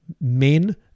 men